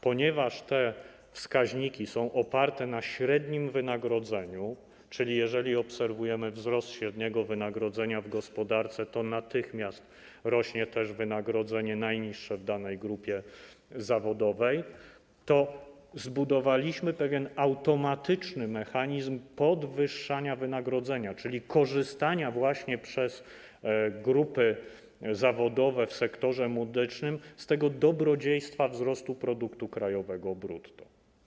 Ponieważ te wskaźniki są oparte na średnim wynagrodzeniu - jeżeli obserwujemy wzrost średniego wynagrodzenia w gospodarce, to natychmiast rośnie też wynagrodzenie najniższe w danej grupie zawodowej - to zbudowaliśmy pewien automatyczny mechanizm podwyższania wynagrodzenia, czyli korzystania właśnie przez grupy zawodowe w sektorze medycznym z tego dobrodziejstwa wzrostu produktu krajowego brutto.